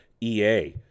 EA